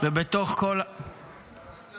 ובתוך כל --- מה מאוחר?